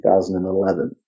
2011